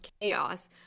chaos